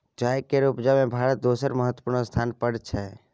चाय केर उपजा में भारत दोसर महत्वपूर्ण स्थान पर छै